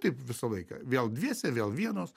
taip visą laiką vėl dviese vėl vienos